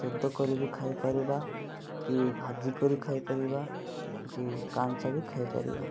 ସେଦ କରି ବି ଖାଇପାରିବା କି ଭାଜି କରି ଖାଇପାରିବା କି କଞ୍ଚା ବି ଖାଇପାରିବା